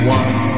one